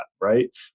Right